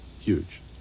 huge